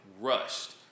rushed